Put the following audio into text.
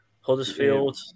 Huddersfield